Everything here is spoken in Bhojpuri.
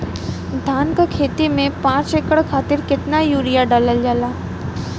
धान क खेती में पांच एकड़ खातिर कितना यूरिया डालल जाला?